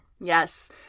Yes